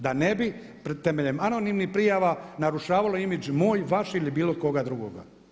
Da ne bi temeljem anonimnih prijava narušavalo imidž moj, vaš ili bilo koga drugoga.